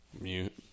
Mute